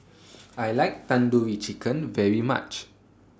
I like Tandoori Chicken very much